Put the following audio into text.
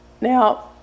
Now